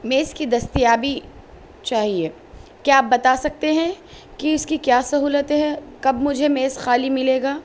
میز کی دستیابی چاہیے کیا آپ بتا سکتے ہیں کہ اس کی کیا سہولتیں ہے کب مجھے میز خالی ملے گا